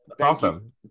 Awesome